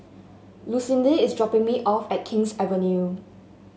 lucindy is dropping me off at King's Avenue